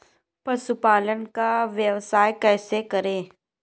पशुपालन का व्यवसाय कैसे करें?